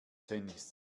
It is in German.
tennis